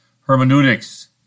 hermeneutics